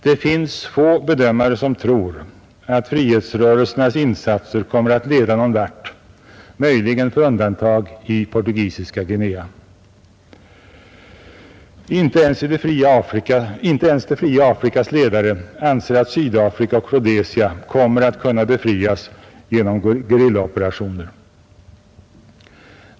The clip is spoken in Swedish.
Det finns få bedömare som tror att frihetsrörelsernas insatser kommer att leda någon vart — möjligen med undantag för i portugisiska Guinea. Inte ens det fria Afrikas ledare anser att Sydafrika och Rhodesia kommer att kunna befrias genom gerillaoperationer.